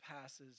passes